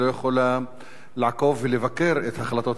היא לא יכולה לעקוב ולבקר את החלטות